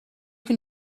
can